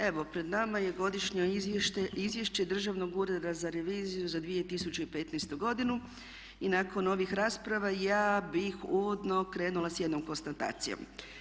Evo pred nama je godišnje izvješće Državnog ureda za reviziju za 2015.godinu i nakon ovih rasprava ja bih uvodno krenula s jednom konstatacijom.